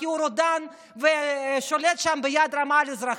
כי הוא רודן ושולט שם ביד רמה על אזרחים,